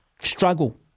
struggle